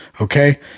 okay